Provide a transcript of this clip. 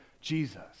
Jesus